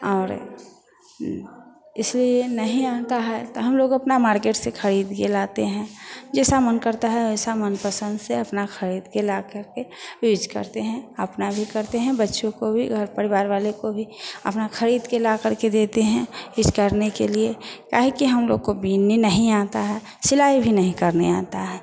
और इसे नहीं आता है तो हम लोग अपना मार्केट से ख़रीदकर लाते हैं जैसा मन करता है वैसा मनपसंद से अपना ख़रीदकर ला करके यूज करते हैं अपना भी करते हैं बच्चों को भी घर परिवार वाले को भी अपना ख़रीदकर ला करके देते हैं इस करने के लिए क्या है के हम लोगों को बीनने नहीं आता है सिलाई भी नहीं करने आता है